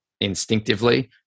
instinctively